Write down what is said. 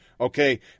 Okay